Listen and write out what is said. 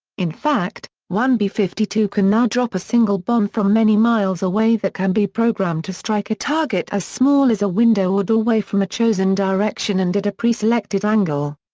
in fact, one b fifty two can now drop a single bomb from many miles away that can be programmed to strike a target as small as a window or doorway from a chosen direction and at a preselected angle.